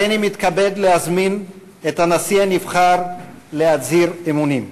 הריני מתכבד להזמין את הנשיא הנבחר להצהיר אמונים.